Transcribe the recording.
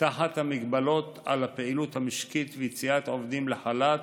תחת המגבלות על הפעילות המשקית ויציאת העובדים לחל"ת